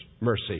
mercy